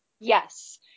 Yes